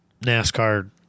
NASCAR